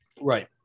Right